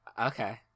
Okay